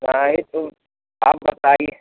क्या यह तो आप बताइए